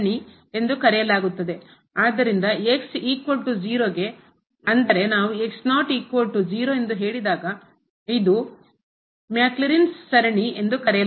ಆದ್ದರಿಂದ ಅಂದರೆ ನಾವು ಎಂದು ಹೇಳಿದಾಗ ಇದನ್ನು ಮ್ಯಾಕ್ಲೌರಿನ್ಸ್ ಸರಣಿ ಎಂದು ಕರೆಯಲಾಗುತ್ತದೆ